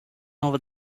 over